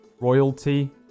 royalty